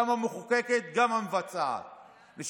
גם המחוקקת וגם המבצעת.